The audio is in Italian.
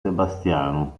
sebastiano